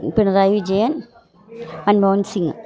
Pinarayi Vijayan Manmohan Singh